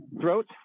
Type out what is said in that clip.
throat